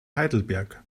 heidelberg